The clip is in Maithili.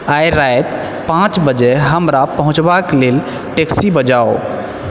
आइ राति पाँच बजे हमरा पहुँचबाके लेल टैक्सी बजाउ